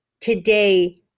today